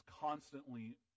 constantly